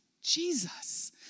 Jesus